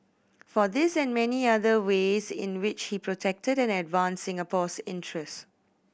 for this and many other ways in which he protected and advanced Singapore's interest